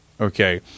Okay